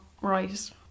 right